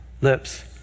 lips